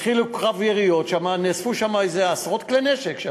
התחילו קרב יריות שם, נאספו שם עשרות כלי נשק.